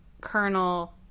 colonel